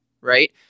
right